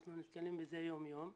אנחנו נתקלים בזה יום-יום.